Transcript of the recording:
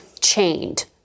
chained